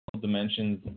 dimensions